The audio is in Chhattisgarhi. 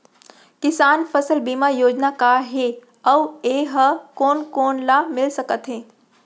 किसान फसल बीमा योजना का हे अऊ ए हा कोन कोन ला मिलिस सकत हे?